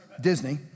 Disney